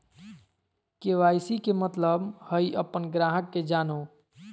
KYC के मतलब हइ अपन ग्राहक के जानो